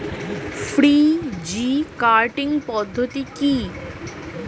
Three G cutting পদ্ধতি কি?